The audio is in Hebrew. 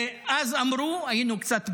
ואז אמרו: היינו קצת בלחץ,